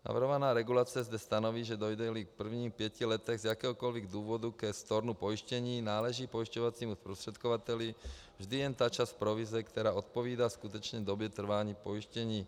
Navrhovaná regulace zde stanoví, že dojdeli v prvních pěti letech z jakéhokoliv důvodu ke stornu pojištění, náleží pojišťovacímu zprostředkovateli vždy jen ta část provize, která odpovídá skutečné době trvání pojištění.